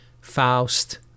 Faust